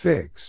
Fix